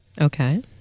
Okay